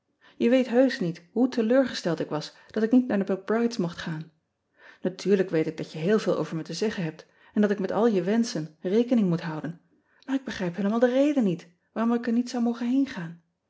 e weet heusch niet hoe teleurgesteld ik was dat ik niet naar de c ride s mocht gaan atuurlijk weet ik dat je heel veel over me te zeggen hebt en dat ik met al je wenschen rekening moet houden maar ik begrijp heelemaal de reden niet waarom ik er niet zou mogen heengaan